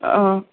ಹಾಂ